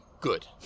Good